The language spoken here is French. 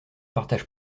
partage